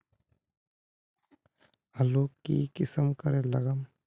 आलूर की किसम करे लागम?